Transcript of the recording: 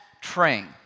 train